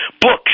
Books